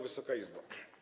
Wysoka Izbo!